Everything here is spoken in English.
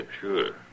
sure